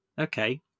Okay